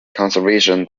conservation